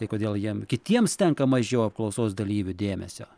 tai kodėl jiem kitiems tenka mažiau apklausos dalyvių dėmesio